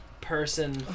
person